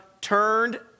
turned